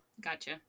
gotcha